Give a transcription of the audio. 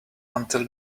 until